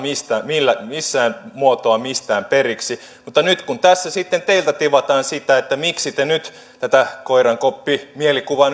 missään muotoa mistään periksi mutta nyt kun tässä sitten teiltä tivataan sitä että miksi te tätä koirankoppimielikuvaa